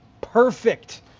perfect